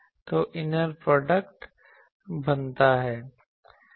तो inner product बनता है